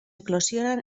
eclosionan